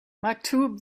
maktub